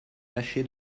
taché